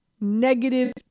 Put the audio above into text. Negative